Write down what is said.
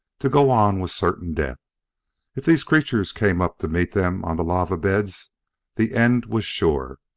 to go on was certain death if these creatures came up to meet them on the lava-beds, the end was sure.